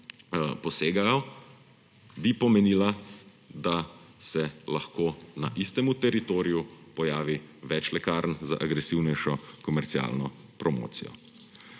posega in bi pomenil, da se lahko na istemu teritoriju pojavi več lekarn z agresivnejšo komercialno promocijo.